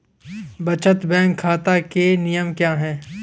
बचत बैंक खाता के नियम क्या हैं?